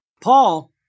Paul